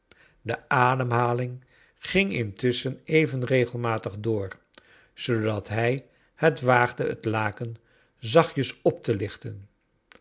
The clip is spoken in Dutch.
de ademhaling ging intusschen even regelmatig door zoodat hij het waagde het laken zachtjes op te lichten